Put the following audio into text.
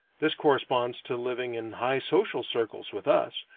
this corresponds to living in high social circles with us,